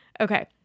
Okay